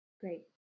great